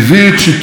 המודיעיני,